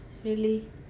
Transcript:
really